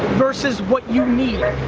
versus what you need.